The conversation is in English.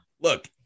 Look